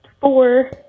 four